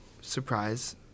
surprise